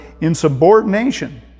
insubordination